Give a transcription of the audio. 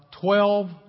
twelve